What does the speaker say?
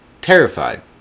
Terrified